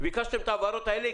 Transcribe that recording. ביקשתם את ההבהרות האלה.